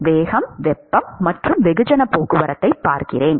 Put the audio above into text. வேகம் வெப்பம் மற்றும் வெகுஜன போக்குவரத்தை பார்க்கின்றன